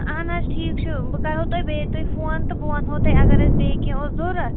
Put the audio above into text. اہن حظ ٹھیٖک چھُ بہٕ کَرہو تۄہہِ بیٚیہِ تۄہہِ فون تہٕ بہٕ وَنہو تۄہہِ اگر اَسہِ بیٚیہِ کیٚنٛہہ اوس ضوٚرتھ